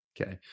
okay